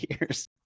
years